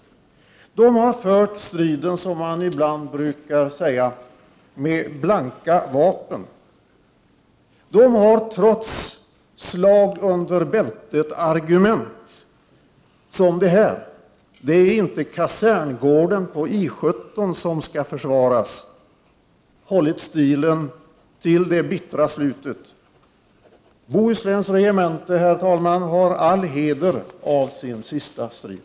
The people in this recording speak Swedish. De har fört striden med, som det ibland brukar kallas, blanka vapen. De har trots slag-under-bältet-argument av typen ”Det är inte kaserngården på I 17 som skall försvaras” hållit stilen till det bittra slutet. Herr talman! Bohusläns regemente har all heder av sin sista strid!